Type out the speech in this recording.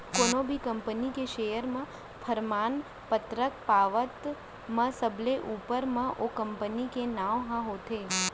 कोनो भी कंपनी के सेयर के परमान पतरक पावत म सबले ऊपर म ओ कंपनी के नांव ह होथे